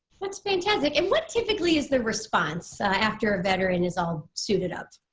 that's fantastic. and what typically is the response after a veteran is all suited up?